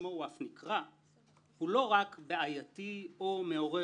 אני מתכבד לפתוח את ישיבת ועדת החינוך,